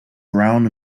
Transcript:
brown